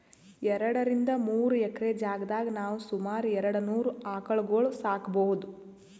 ಎರಡರಿಂದ್ ಮೂರ್ ಎಕ್ರೆ ಜಾಗ್ದಾಗ್ ನಾವ್ ಸುಮಾರ್ ಎರಡನೂರ್ ಆಕಳ್ಗೊಳ್ ಸಾಕೋಬಹುದ್